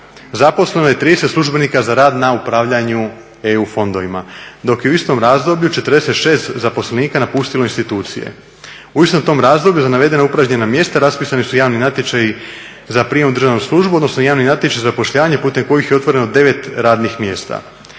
zaposleno je 30 službenika za rad na upravljanju EU fondovima dok je u istom razdoblju 46 zaposlenika napustilo institucije. U istom tom razdoblju za navedena upražnjena mjesta raspisani su javni natječaji za prijem u državnu službu odnosno javni natječaj zapošljavanje putem kojih je otvoreno 9 radnih mjesta.